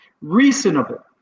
Reasonable